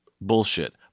bullshit